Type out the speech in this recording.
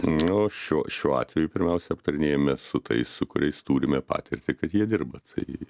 nu šiuo šiuo atveju pirmiausia aptarinėjame su tais su kuriais turime patirtį kad jie dirba tai